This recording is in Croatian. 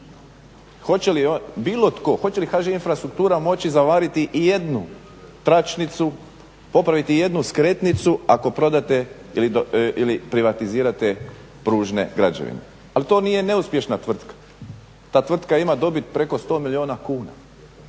Hoće li bilo tko, hoće li HŽ-Infrastruktura moći zavariti ijednu tračnicu, popraviti ijednu skretnicu ako prodate ili privatizirate pružne građevine. Ali to nije neuspješna tvrtka, ta tvrtka ima dobit preko 100 milijuna kuna,